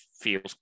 feels